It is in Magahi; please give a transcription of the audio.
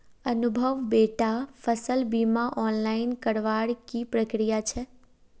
अनुभव बेटा फसल बीमा ऑनलाइन करवार की प्रक्रिया छेक